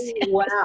Wow